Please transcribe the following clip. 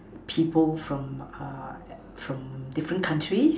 people from uh from different countries